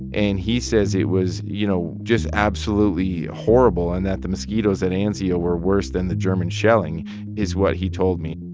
and he says it was, you know, just absolutely horrible and that the mosquitoes at anzio were worse than the german shelling is what he told me.